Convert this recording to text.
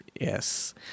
yes